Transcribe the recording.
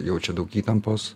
jaučia daug įtampos